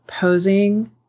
posing